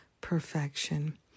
perfection